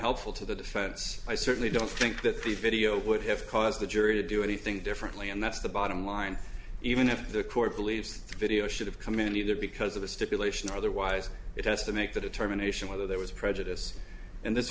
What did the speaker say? helpful to the defense i certainly don't think that the video would have caused the jury to do anything differently and that's the bottom line even if the court believes the video should have come in either because of the stipulation or otherwise it has to make the determination whether there was prejudice in this